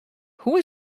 hoe